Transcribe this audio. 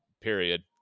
period